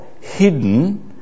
Hidden